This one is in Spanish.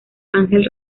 ángel